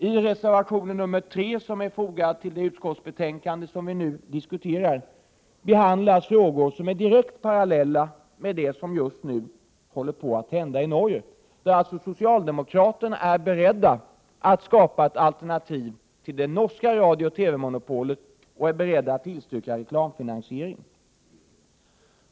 I reservation 3, som är fogad till det utskottsbetänkande som vi nu diskuterar, behandlas frågor som är direkt parallella med det som just nu håller på att hända i Norge. Socialdemokraterna i Norge är alltså beredda att skapa ett alternativ till det norska radiooch TV monopolet. De är dessutom beredda att tillstyrka reklamfinansiering.